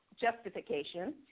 justification